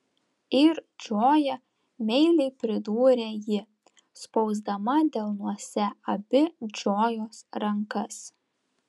ir džoja meiliai pridūrė ji spausdama delnuose abi džojos rankas